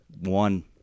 one